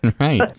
Right